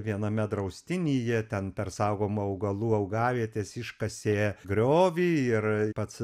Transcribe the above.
viename draustinyje ten per saugomų augalų augavietes iškasė griovį ir pats